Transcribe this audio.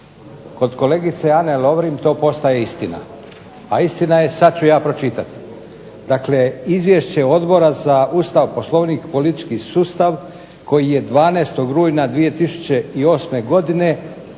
Kod kolegice Ane Lovrin to postaje istina, a istina je, sad ću ja pročitati. Dakle izvješće Odbora za Ustav, Poslovnik i politički sustav koji je 12. rujna 2008. godine